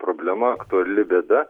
problema aktuali bėda